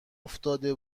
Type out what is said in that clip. افتاده